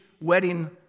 wedding